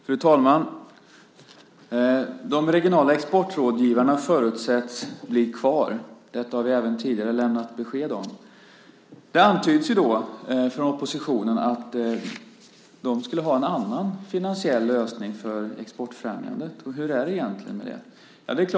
Fru talman! De regionala exportrådgivarna förutsätts bli kvar. Detta har vi även tidigare lämnat besked om. Det antyds från oppositionen att man skulle ha en annan finansiell lösning för exportfrämjandet. Hur är det egentligen?